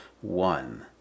one